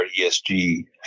ESG